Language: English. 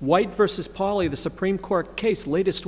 white versus poly the supreme court case latest